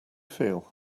feel